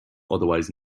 otherwise